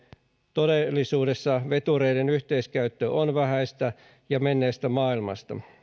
todellisuudessa vetureiden yhteiskäyttö on vähäistä ja menneestä maailmasta